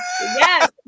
yes